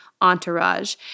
Entourage